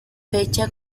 fecha